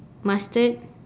mustard